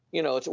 you know,